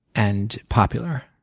and popular.